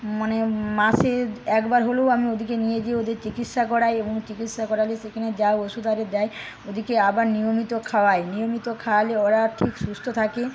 মানে মাসে একবার হলেও আমি ওদেরকে নিয়ে যেয়ে ওদের চিকিৎসা করাই এবং চিকিৎসা করালে সেখানে যা ওষুধ আরে দেয় ওদেরকে আবার নিয়মিত খাওয়াই নিয়মিত খাওয়ালে ওরা ঠিক সুস্থ থাকে